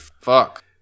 fuck